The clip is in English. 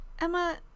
Emma